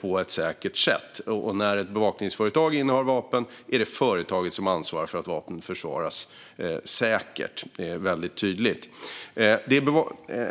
på ett säkert sätt. När ett bevakningsföretag innehar vapen är det företaget som ansvarar för att vapnen förvaras säkert. Det är tydligt.